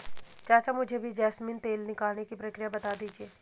चाचा मुझे भी जैस्मिन तेल निकालने की प्रक्रिया बता दीजिए